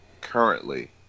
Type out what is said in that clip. currently